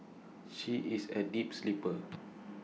she is A deep sleeper